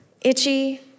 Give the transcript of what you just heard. itchy